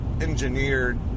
engineered